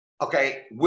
Okay